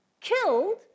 killed